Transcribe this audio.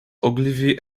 ogilvy